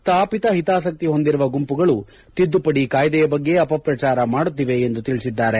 ಸ್ಥಾಪಿತ ಹಿತಾಸಕ್ತಿ ಹೊಂದಿರುವ ಗುಂಪುಗಳು ತಿದ್ದುಪಡಿ ಕಾಯ್ದೆಯ ಬಗ್ಗೆ ಅಪಪ್ರಚಾರ ಮಾಡುತ್ತಿವೆ ಎಂದು ಪ್ರಧಾನಿ ತಿಳಿಸಿದ್ದಾರೆ